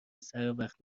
سروقت